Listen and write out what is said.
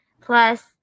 plus